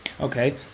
Okay